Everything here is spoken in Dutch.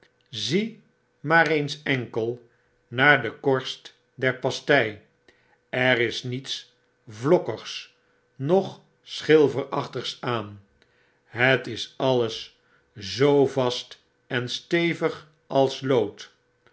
zie maar eens enkel naar de korst der pastei er is niets vlokkigs nog schilferachtigs aan het is alles zoo vast en stevig als lood